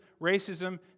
racism